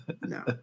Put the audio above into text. no